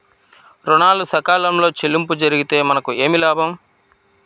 ఋణాలు సకాలంలో చెల్లింపు జరిగితే మనకు ఏమి లాభం?